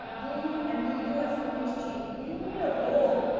do you and do you, as police chief, do you need a rule,